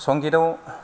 संगीताव